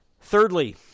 Thirdly